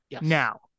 Now